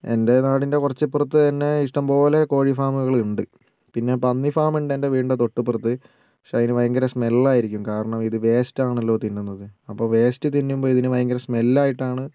എൻ്റെ നാടിൻ്റെ കുറച്ച് ഇപ്പുറത്തുതന്നെ ഇഷ്ടം പോലെ കോഴിഫാമുകൾ ഉണ്ട് പിന്നെ പന്നി ഫാം ഉണ്ട് എൻ്റെ വീടിൻ്റെ തൊട്ട് ഇപ്പുറത്ത് പക്ഷെ അതിന് ഭയങ്കര സ്മെൽ ആയിരിക്കും കാരണം ഇത് വേസ്റ്റ് ആണല്ലോ തിന്നുന്നത് അപ്പോൾ വേസ്റ്റ് തിന്നുമ്പോൾ ഇതിന് ഭയങ്കര സ്മെൽ ആയിട്ടാണ്